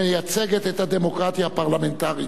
המייצגת את הדמוקרטיה הפרלמנטרית.